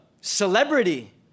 celebrity